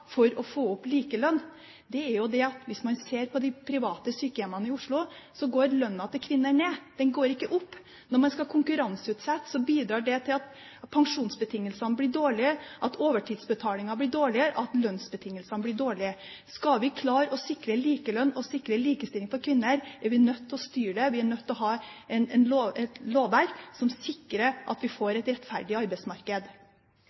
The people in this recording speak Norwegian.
for å få opp likelønn, er at hvis man ser på de private sykehjemmene i Oslo, går lønnen til kvinner ned, den går ikke opp. Når man skal konkurranseutsette, bidrar det til at pensjonsbetingelsene blir dårlige, at overtidsbetalingen blir dårligere, at lønnsbetingelsene blir dårligere. Skal vi klare å sikre likelønn og likestilling for kvinner, er vi nødt til å styre det, vi er nødt til å ha et lovverk som sikrer at vi